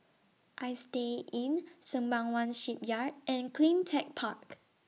Istay Inn Sembawang Shipyard and CleanTech Park